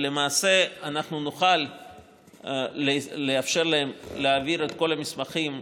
למעשה נוכל לאפשר להם להעביר את כל המסמכים,